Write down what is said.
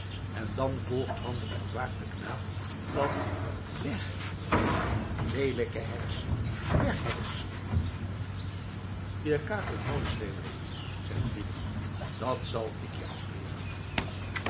en dan volgt van den ontwaakten knaap dat weg weg leelijke heks weg heks je kakelt mooi schreeuwleelijk zegt fridel dat zal ik je afleeren